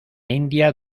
india